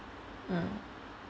mm